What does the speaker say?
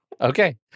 okay